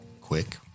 quick